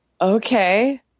Okay